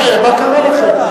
חברי, מה קרה לכם?